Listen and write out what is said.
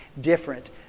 different